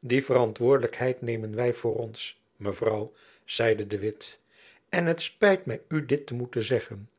die verantwoordelijkheid nemen wy voor ons mevrouw zeide de witt en het spijt my u dit te moeten zeggen